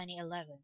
2011